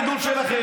תגיד לבוס שלך,